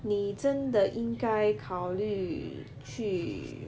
你真的应该考虑去